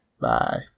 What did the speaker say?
Bye